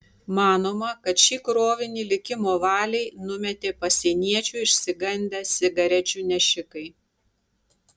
manoma kad šį krovinį likimo valiai numetė pasieniečių išsigandę cigarečių nešikai